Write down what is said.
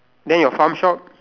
then your farm shop